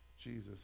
Jesus